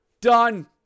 done